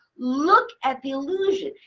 look at the illusion.